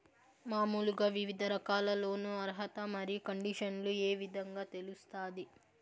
మామూలుగా వివిధ రకాల లోను అర్హత మరియు కండిషన్లు ఏ విధంగా తెలుస్తాది?